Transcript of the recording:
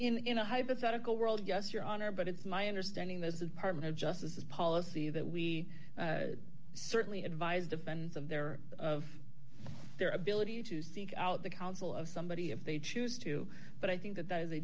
essentially in a hypothetical world yes your honor but it's my understanding that the department of justice is policy that we certainly advise defense of their of their ability to seek out the counsel of somebody if they choose to but i think that that is a